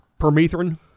permethrin